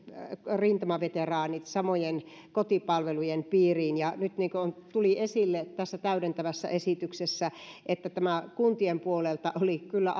rintamaveteraanit samojen kotipalvelujen piiriin ja niin kuin nyt tuli esille tässä täydentävässä esityksessä kuntien puolelta oli kyllä